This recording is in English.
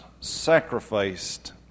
sacrificed